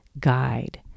guide